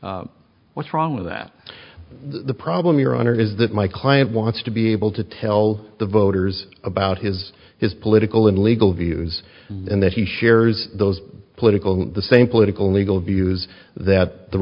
judiciary what's wrong with that the problem your honor is that my client wants to be able to tell the voters about his his political and legal views and that he shares those political the same political legal views that the